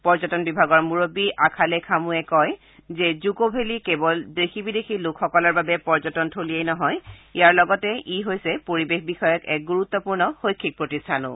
পৰ্যটন বিভাগৰ মূৰববী আখালে খামোৱে কয় যে জুকো ভেলী কেৱল দেশী বিদেশী লোকসকলৰ বাবে পৰ্যটন থলীয়েই নহয় ইয়াৰ লগতেই পৰিৱেশ বিষয়ক এক গুৰুত্বপূৰ্ণ শৈক্ষিক প্ৰতিষ্ঠানো